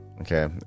Okay